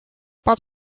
but